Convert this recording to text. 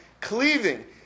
cleaving